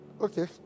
Okay